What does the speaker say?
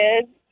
kids